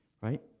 right